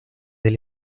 del